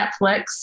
Netflix